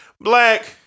Black